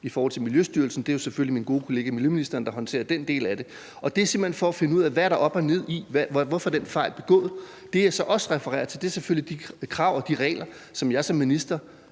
i forhold til Miljøstyrelsen er det jo selvfølgelig min gode kollega miljøministeren, der håndterer det, og det er simpelt hen for at finde ud af, hvad der er op og ned i det, og hvorfor den fejl er blevet begået. Det, som jeg så også refererer til, er selvfølgelig de krav og de regler, som jeg som minister